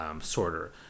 Sorter